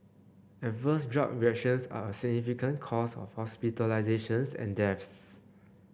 adverse drug reactions are a significant cause of hospitalisations and deaths